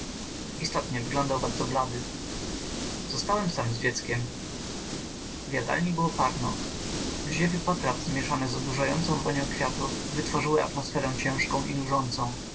istotnie wyglądał bardzo blady zostałem sam z dzieckiem w jadalni było parno wyziewy potraw zmieszane z odurzającą wonią kwiatów wytworzyły atmosferę ciężką i nużącą